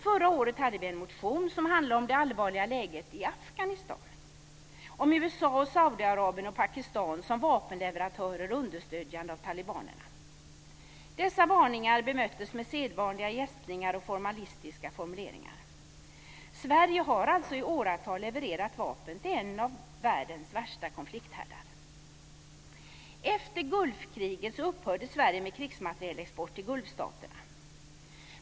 Förra året hade vi en motion som handlade om det allvarliga läget i Afghanistan, om USA, Saudiarabien och Pakistan som vapenleverantörer och understödjare av talibanerna. Dessa varningar bemöttes med sedvanliga gäspningar och formalistiska formuleringar. Sverige har alltså i åratal levererat vapen till en av världens värsta konflikthärdar. Efter Gulfkriget upphörde Sverige med krigsmaterielexport till Gulfstaterna.